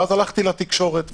ואז הלכתי לתקשורת,